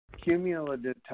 cumulative